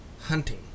hunting